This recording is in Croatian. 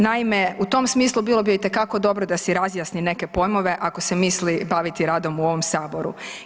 Naime, u tom smislu bilo bi joj itekako dobro da si razjasni neke pojmove ako se misli baviti radom u ovom Saboru.